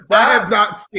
i have not